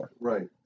Right